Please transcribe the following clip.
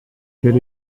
quel